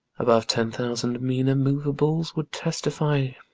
above ten thousand meaner movables would testify,